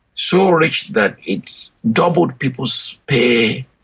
so rich that it doubled people's pay,